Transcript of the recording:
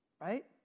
right